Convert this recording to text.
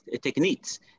techniques